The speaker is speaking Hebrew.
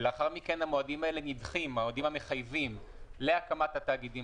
ולאחר מכן המועדים המחייבים האלה להקמת התאגידים